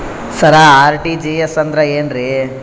ಸರ RTGS ಅಂದ್ರ ಏನ್ರೀ?